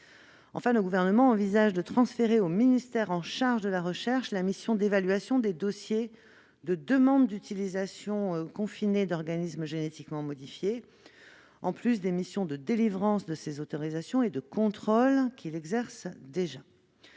plus, le Gouvernement envisage de transférer au ministère chargé de la recherche la mission d'évaluation des dossiers de demande d'utilisation confinée d'organismes génétiquement modifiés, en plus des missions de délivrance de ces autorisations et de contrôle qu'il exerce déjà.